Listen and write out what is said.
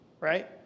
right